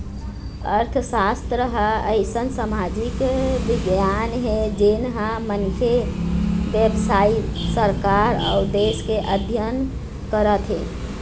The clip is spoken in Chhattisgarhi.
अर्थसास्त्र ह अइसन समाजिक बिग्यान हे जेन ह मनखे, बेवसाय, सरकार अउ देश के अध्ययन करथे